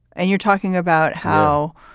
and you're talking about how,